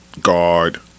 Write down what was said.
guard